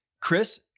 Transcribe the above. Chris